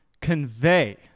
convey